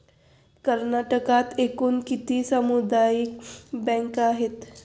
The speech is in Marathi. कर्नाटकात एकूण किती सामुदायिक बँका आहेत?